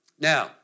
Now